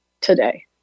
today